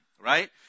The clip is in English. right